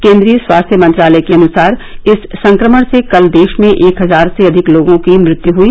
केन्द्रीय स्वास्थ्य मंत्रालय के अनुसार इस संक्रमण से कल देश में एक हजार से अधिक लोगों की मृत्यु हुई